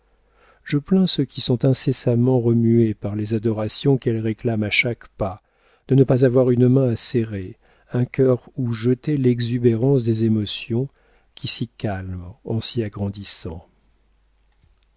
je plains ceux qui sont incessamment remués par les adorations qu'elle réclame à chaque pas de ne pas avoir une main à serrer un cœur où jeter l'exubérance des émotions qui s'y calment en s'y agrandissant